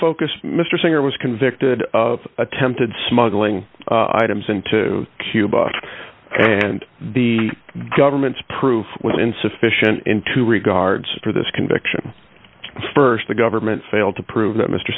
focus mr singer was convicted of attempted smuggling items into cuba and the government's proof was insufficient into regards to this conviction st the government failed to prove that mr